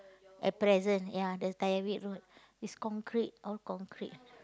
at present ya the Tyrwhitt-Road is concrete all concrete